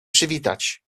przywitać